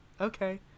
okay